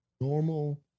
normal